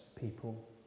people